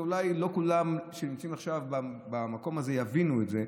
ואולי לא כל מי שנמצאים עכשיו במקום הזה יבינו את זה,